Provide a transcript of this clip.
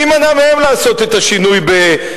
מי מנע מהם לעשות את השינוי בתקופתם?